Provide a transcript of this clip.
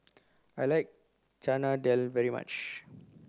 I like Chana Dal very much